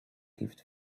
gift